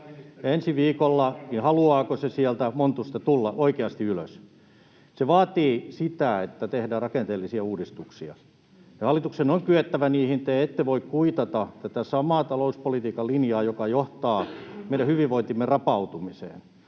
välihuuto] niin haluaako se sieltä montusta tulla oikeasti ylös. Se vaatii sitä, että tehdään rakenteellisia uudistuksia, ja hallituksen on kyettävä niihin. Te ette voi kuitata tätä samaa talouspolitiikan linjaa, joka johtaa meidän hyvinvointimme rapautumiseen.